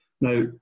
Now